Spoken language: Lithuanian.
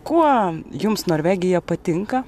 kuo jums norvegija patinka